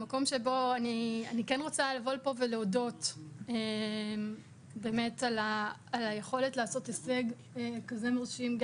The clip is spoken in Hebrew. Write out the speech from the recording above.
אני כן רוצה להודות על היכולת לעשות הישג כזה מרשים.